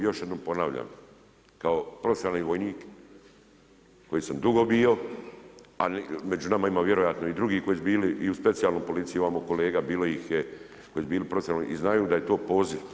Još jednom ponavljam kao profesionalni vojnik koji sam dugo bio a među nama ima vjerojatno i drugih koji su bili i u Specijalnoj policiji imamo kolega, bilo ih je koji su bili profesionalni i znaju da je to poziv.